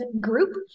group